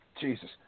Jesus